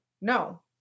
No